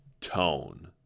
tone